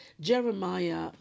Jeremiah